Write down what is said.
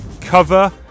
Cover